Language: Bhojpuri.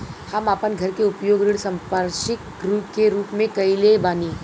हम आपन घर के उपयोग ऋण संपार्श्विक के रूप में कइले बानी